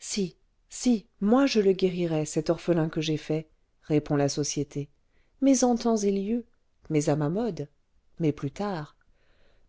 si si moi je le guérirai cet orphelin que j'ai fait répond la société mais en temps et lieu mais à ma mode mais plus tard